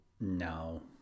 No